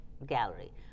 Gallery